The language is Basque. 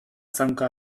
zaunka